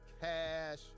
cash